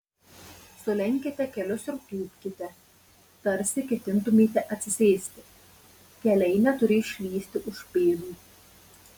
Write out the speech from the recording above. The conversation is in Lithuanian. sulenkite kelius ir tūpkite tarsi ketintumėte atsisėsti keliai neturi išlįsti už pėdų